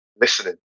listening